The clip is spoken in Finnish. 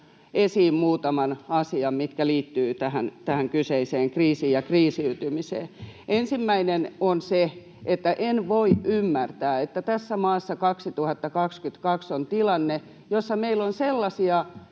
esiin muutaman asian, mitkä liittyvät tähän kyseiseen kriisiin ja kriisiytymiseen. Ensimmäinen on se, että en voi ymmärtää, että tässä maassa on 2022 tilanne, jossa meillä on sellaisia